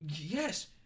Yes